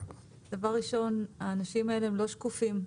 דבר ראשון, האנשים האלה הם לא שקופים.